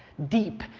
deep,